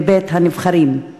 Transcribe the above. בבית הנבחרים /